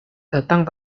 datang